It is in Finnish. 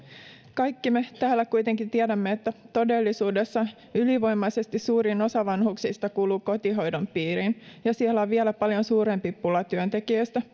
kaikki me täällä kuitenkin tiedämme että todellisuudessa ylivoimaisesti suurin osa vanhuksista kuuluu kotihoidon piiriin ja siellä on vielä paljon suurempi pula työntekijöistä